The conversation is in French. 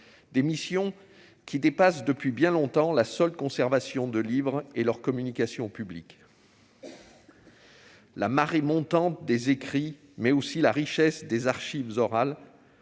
des missions qui dépassent depuis bien longtemps la seule conservation de livres et leur communication au public. « La marée montante des écrits, mais aussi la richesse des archives orales,